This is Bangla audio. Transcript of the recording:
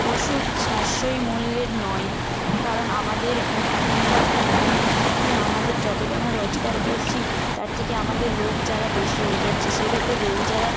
ওষুধ সাশ্রয়ী মূল্যের নয় কারণ আমাদের এখনকার দিনে এ আমাদের যতটা না রোজগার করছি তার থেকে আমাদের রোগ জ্বালা বেশি হয়ে যাচ্ছে সেই ক্ষেত্রে রোগ জ্বালা